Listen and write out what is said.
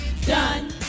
Done